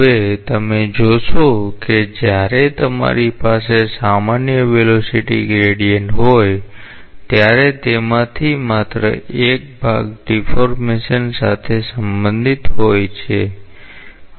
હવે તમે જોશો કે જ્યારે તમારી પાસે સામાન્ય વેલોસીટી ગ્રેડીયન્ટ હોય ત્યારે તેમાંથી માત્ર એક ભાગ ડીફૉર્મેશન સાથે સંબંધિત હોય છે